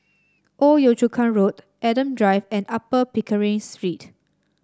Old Yio Chu Kang Road Adam Drive and Upper Pickering Street